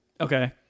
Okay